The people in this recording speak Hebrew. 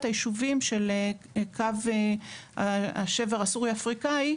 הישובים של קו השבר הסורי-אפריקאי,